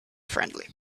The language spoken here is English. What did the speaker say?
friendly